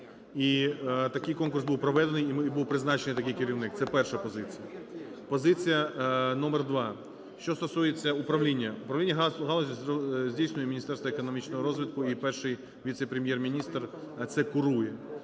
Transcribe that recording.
такий конкурс був проведений, і був призначений такий керівник. Це перша позиція. Позиція номер два: що стосується управління. Управління галуззю здійснює Міністерство економічного розвитку і перший віце-прем’єр-міністр це курує.